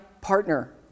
partner